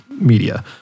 media